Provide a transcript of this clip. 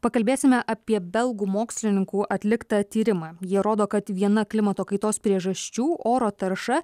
pakalbėsime apie belgų mokslininkų atliktą tyrimą jie rodo kad viena klimato kaitos priežasčių oro tarša